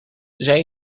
zij